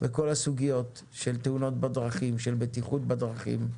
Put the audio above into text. בכל הסוגיות של תאונות בדרכים, של בטיחות בדרכים,